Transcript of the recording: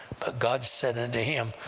but god said unto him,